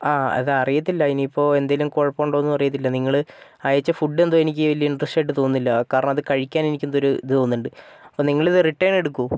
ആ അത് അറിയത്തില്ല ഇനിയിപ്പോൾ എന്തേലും കുഴപ്പമുണ്ടോന്നും അറിയത്തില്ല നിങ്ങൾ അയച്ച ഫുഡ് എന്തോ എനിക്ക് വലിയ ഇൻറ്റെറസ്റ്റ് ആയിട്ട് തോന്നുന്നില്ല കാരണം അത് കഴിക്കാൻ എനിക്ക് എന്തോ ഒരു ഇത് തോന്നുന്നുണ്ട് അപ്പോൾ നിങ്ങൾ ഇത് റിട്ടേൺ എടുക്കൂ